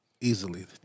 Easily